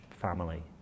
family